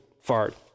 fart